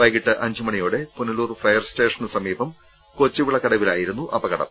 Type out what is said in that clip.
വൈകിട്ട് അഞ്ച് മണിയോടെ പുനലൂർ ഫയർസ്റ്റേഷന് സമീപം കൊച്ചുവിളക്കടവിലായിരുന്നു അപകടം